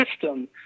system